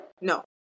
no